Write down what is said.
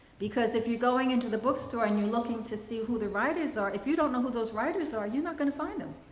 because if you're going into the bookstore and you're looking to see who the writers are, if you don't know who those writers are, you're not going to find them.